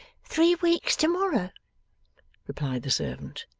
three weeks to-morrow replied the servant.